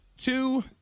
two